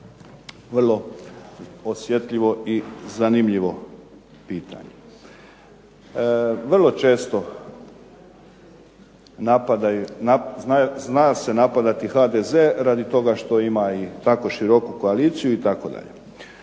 vrlo osjetljivo i zanimljivo pitanje. Vrlo često zna se napadati HDZ radi toga što ima i tako široku koaliciju itd.